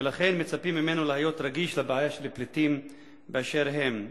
ולכן מצפים ממנו להיות רגיש לבעיה של פליטים באשר הם.